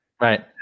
Right